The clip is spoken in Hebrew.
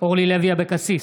אורלי לוי אבקסיס,